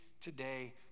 today